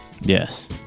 Yes